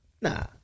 Nah